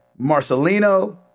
Marcelino